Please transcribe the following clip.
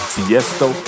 Siesto